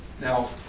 Now